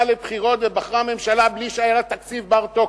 לבחירות ובחרה ממשלה בלי שהיה לה תקציב בר-תוקף.